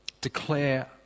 declare